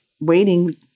waiting